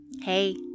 Hey